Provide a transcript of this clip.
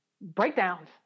breakdowns